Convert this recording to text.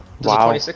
Wow